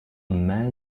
man